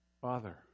father